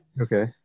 Okay